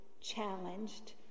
challenged